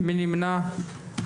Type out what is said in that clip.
מי נמנע?